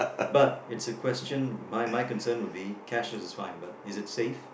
but it's a question my my concern would be cashless is fine but is it safe